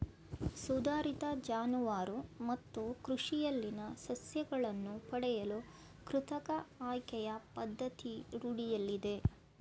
ಸುಧಾರಿತ ಜಾನುವಾರು ಮತ್ತು ಕೃಷಿಯಲ್ಲಿನ ಸಸ್ಯಗಳನ್ನು ಪಡೆಯಲು ಕೃತಕ ಆಯ್ಕೆಯ ಪದ್ಧತಿ ರೂಢಿಯಲ್ಲಿದೆ